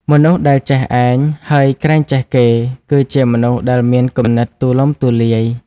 មនុស្សដែលចេះឯងហើយក្រែងចេះគេ គឺជាមនុស្សដែលមានគំនិតទូលំទូលាយ។